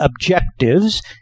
objectives